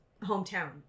hometown